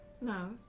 No